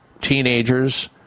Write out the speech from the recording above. teenagers